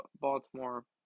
Baltimore